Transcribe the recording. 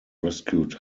rescued